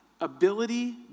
Ability